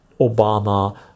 Obama